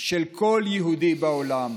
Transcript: של כל יהודי בעולם,